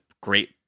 great